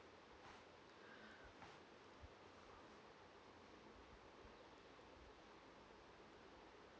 uh uh